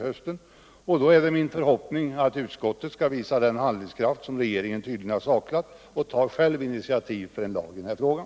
Det är min förhoppning att skatteutskottet då skall visa den 8 handlingskraft som regeringen tydligen har saknat och självt ta initiativ till en lag i den här frågan.